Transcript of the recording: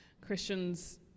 Christians